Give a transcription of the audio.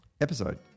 episode